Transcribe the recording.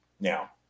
now